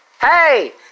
Hey